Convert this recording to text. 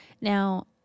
Now